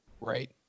Right